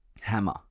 hammer